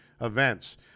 events